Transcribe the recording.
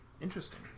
interesting